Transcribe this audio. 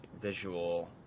visual